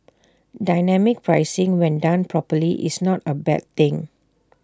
dynamic pricing when done properly is not A bad thing